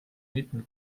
mitmel